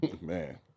Man